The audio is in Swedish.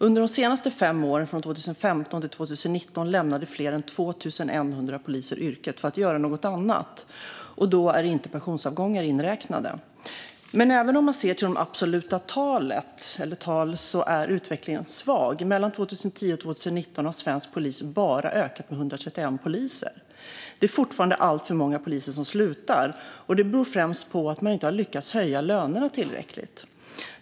Under de senaste fem åren, 2015-2019, har fler än 2 100 poliser lämnat yrket för att göra något annat, och då är inte pensionsavgångar inräknade. Även om man ser till absoluta tal är utvecklingen svag. Mellan 2010 och 2019 har svensk polis bara ökat med 131 poliser. Det är fortfarande alltför många poliser som slutar, och det beror främst på att man inte har lyckats höja lönerna tillräckligt.